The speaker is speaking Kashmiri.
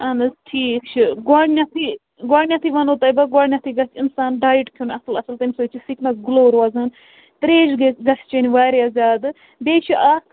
اَہَن حظ ٹھیٖک چھُ گۄڈنیٚتھٕے گۄڈنیٚتھٕے وَنہوو تۅہہِ بہٕ گۄڈنیٚتھٕے گَژھِ اِنسان ڈایِٹ کھیٚوان اَصٕل اَصٕل تَمہِ سۭتۍ چھُ سِکنَس گٕلوو روزان ترٛیش گَژھِ گژھِ چیٚنۍ واریاہ زیادٕ بیٚیہِ چھِ اَکھ